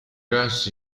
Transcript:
gas